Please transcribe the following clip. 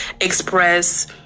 express